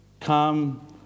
Come